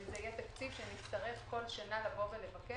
וזה יהיה התקציב שנצטרך בכל שנה לבקש